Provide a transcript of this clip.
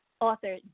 author